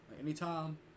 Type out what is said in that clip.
Anytime